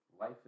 Life